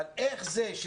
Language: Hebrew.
אף אחד לא חולק על זה.